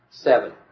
Seven